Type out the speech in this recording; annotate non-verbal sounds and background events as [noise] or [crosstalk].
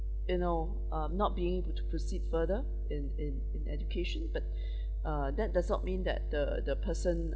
you know ah not being able to proceed further in in in education but [breath] ah that does not mean that the the person